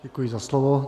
Děkuji za slovo.